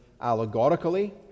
allegorically